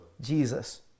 Jesus